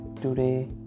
today